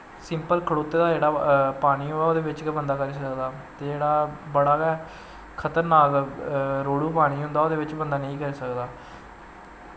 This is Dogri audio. सिंपल खड़ोते दा जेह्ड़ा पानी होऐ ओह्दे च गै बंदा करी सकदा ते जेह्ड़ा बड़ा गै खतरनाक रोहड़ू पानी होंदा ओह्दे बिच्च बंदा नेंई करी सकदा